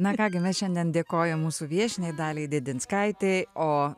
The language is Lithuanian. na ką gi mes šiandien dėkojam mūsų viešniai daliai dėdinskaitei o